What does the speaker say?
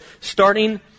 starting